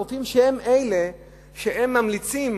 הרופאים הם אלה שממליצים